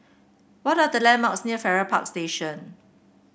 what are the landmarks near Farrer Park Station